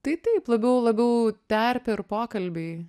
tai taip labiau labiau terpė ir pokalbiai